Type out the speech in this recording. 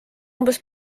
umbes